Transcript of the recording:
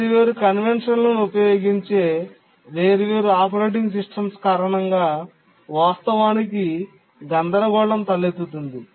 వేర్వేరు కన్వెన్షన్లను ఉపయోగించే వేర్వేరు ఆపరేటింగ్ సిస్టమ్స్ కారణంగా వాస్తవానికి గందరగోళం తలెత్తుతుంది